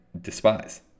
despise